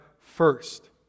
first